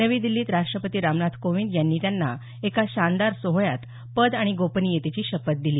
नवी दिल्लीत राष्ट्रपती रामनाथ कोविंद यांनी त्यांना एका शानदार सोहळ्यात पद आणि गोपनियतेची शपथ दिली